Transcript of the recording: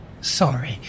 Sorry